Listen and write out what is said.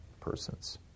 persons